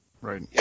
Right